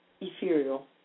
ethereal